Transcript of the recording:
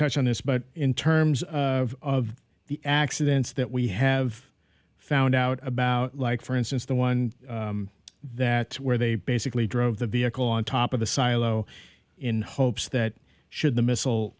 touched on this but in terms of the accidents that we have found out about like for instance the one that where they basically drove the vehicle on top of the silo in hopes that should the missile